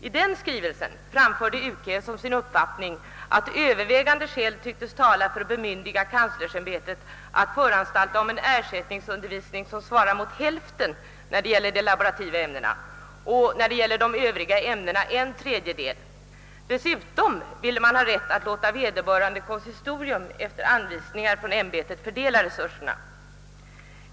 I den skrivelsen framförde universitetskanslersämbetet som sin uppfattning att övervägande skäl tycktes tala för att bemyndiga kanslersämbetet att föranstalta om en ersättningsundervisning som svarade mot hälften i fråga om de laborativa ämnena och en tredjedel beträffande de övriga ämnena. Dessutom ville man ha rätt att låta vederbörande konsistorium efter anvisningar från ämbetet fördela resurserna.